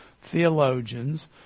theologians